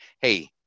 hey